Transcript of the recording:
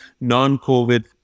non-COVID